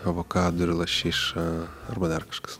avokadu ir lašiša arba dar kažkas